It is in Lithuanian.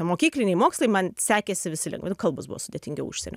mokykliniai mokslai man sekėsi visi lengva nu kalbos buvo sudėtingiau užsienio